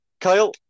Kyle